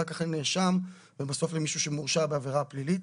אחר כך לנאשם ובסוף למישהו שמורשע בעבירה פלילית.